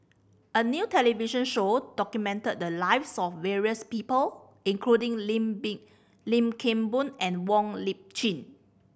a new television show documented the lives of various people including Lim Kim Boon and Wong Lip Chin